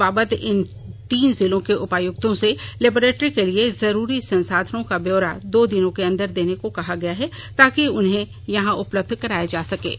इस बाबत इन तीनों जिलों के उपायुक्तों से लेबोरेट्री के लिए जरुरी संसाधनों का ब्योरा दो दिनों के अंदर देने को कहा गया है ताकि उसे यहां उपलब्ध कराया जा सके